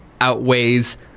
outweighs